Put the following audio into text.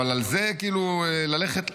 אבל על זה ללכת לרב,